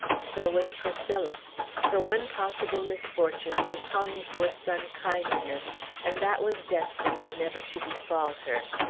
so with priscilla her one possible misfortune was hollingsworth's unkindness and that was destined never to befall her,